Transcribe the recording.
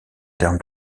termes